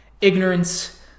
Ignorance